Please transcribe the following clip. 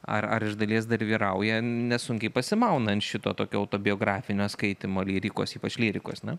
ar ar iš dalies dar vyrauja nesunkiai pasimauna ant šito tokio autobiografinio skaitymo lyrikos ypač lyrikos na